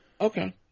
Okay